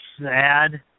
sad